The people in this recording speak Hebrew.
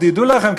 תדעו לכם,